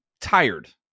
tired